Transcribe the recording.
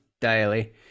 daily